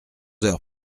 heures